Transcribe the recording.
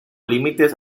límites